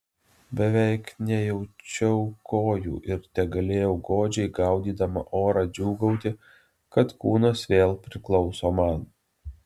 beveik nejaučiau kojų ir tegalėjau godžiai gaudydama orą džiūgauti kad kūnas vėl priklauso man